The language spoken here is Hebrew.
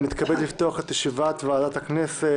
אני מתכבד לפתוח את ישיבת ועדת הכנסת.